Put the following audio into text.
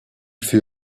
fut